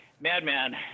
Madman